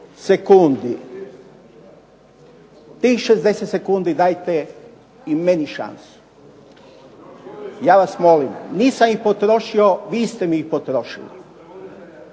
sekundi. Tih 60 sekundi dajte i meni šansu. Ja vas molim. Nisam ih potrošio, vi ste mi ih potrošili.